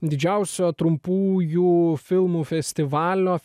didžiausio trumpųjų filmų festivalio